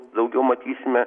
daugiau matysime